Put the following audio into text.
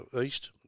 east